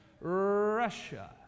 Russia